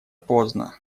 поздно